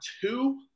two